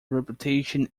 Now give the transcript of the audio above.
reputation